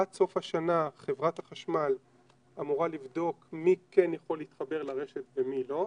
עד סוף השנה חברת החשמל אמורה לבדוק מי כן יכול להתחבר לרשת ומי לא.